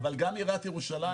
אבל גם עיריית ירושלים,